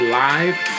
live